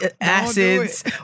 acids